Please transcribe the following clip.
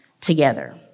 together